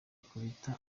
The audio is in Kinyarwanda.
ikubita